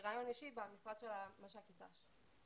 בראיון אישי במשרד של המש"קית ת"ש.